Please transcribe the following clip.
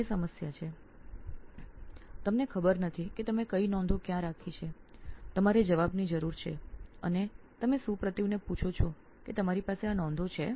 આપને ખબર નથી કે આપે કઈ નોંધો ક્યાં રાખી છે આપને ઉત્તર જોઈએ છે અને આપ સુપ્રતિવને પૂછો છો કે આપની પાસે આ નોંધો છે